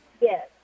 yes